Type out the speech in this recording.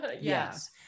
Yes